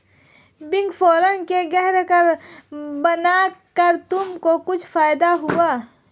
Big four के ग्राहक बनकर तुमको कुछ फायदा हुआ?